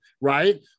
Right